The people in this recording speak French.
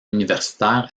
universitaire